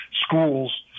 schools